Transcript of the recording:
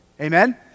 amen